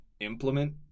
implement